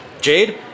Jade